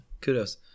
kudos